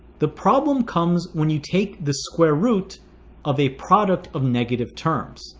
the problem comes when you take the square root of a product of negative terms